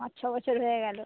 পাঁচ ছ বছর হয়ে গেলো